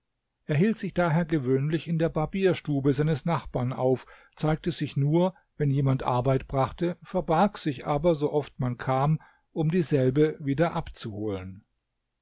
hielt sich daher gewöhnlich in der barbierstube seines nachbarn auf zeigte sich nur wenn jemand arbeit brachte verbarg sich aber so oft man kam um dieselbe wieder abzuholen